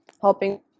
helping